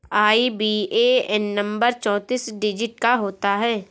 IBAN number चौतीस digit का होता है